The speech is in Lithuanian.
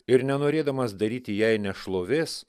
ir nenorėdamas daryti jai nešlovės